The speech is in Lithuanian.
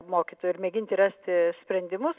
mokytojų ir mėginti rasti sprendimus